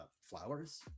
flowers